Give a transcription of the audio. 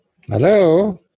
Hello